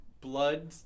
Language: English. blood